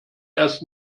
erst